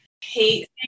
hate